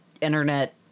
internet